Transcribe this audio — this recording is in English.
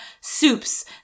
Soups